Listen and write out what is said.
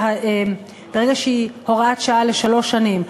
ברגע שהיא הוראת שעה לשלוש שנים,